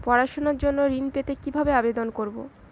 পড়াশুনা জন্য ঋণ পেতে কিভাবে আবেদন করব?